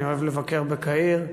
אני אוהב לבקר בקהיר.